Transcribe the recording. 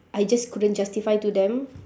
I just couldn't justify to them